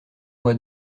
moi